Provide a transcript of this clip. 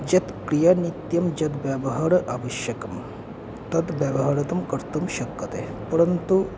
यत् क्रियानित्यं यत् व्यवहारः आवश्यकं तत् व्यवहारितुं कर्तुं शक्यते परन्तु